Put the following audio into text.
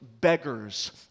beggars